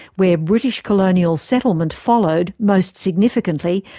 where british colonial settlement followed, most significantly,